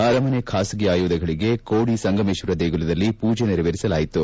ಅರಮನೆ ಬಾಸಗಿ ಆಯುಧಗಳಗೆ ಕೋಡಿ ಸೋಮೇಶ್ವರ ದೇಗುಲದಲ್ಲಿ ಪೂಜೆ ನಡೆಸಲಾಯಿತು